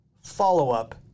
follow-up